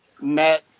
met